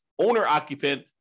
owner-occupant